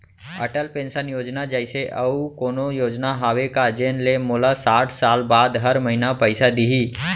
Atal pension योजना जइसे अऊ कोनो योजना हावे का जेन ले मोला साठ साल बाद हर महीना पइसा दिही?